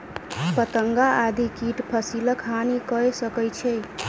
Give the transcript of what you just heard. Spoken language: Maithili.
पतंगा आदि कीट फसिलक हानि कय सकै छै